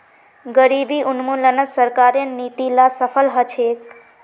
गरीबी उन्मूलनत सरकारेर नीती ला सफल ह छेक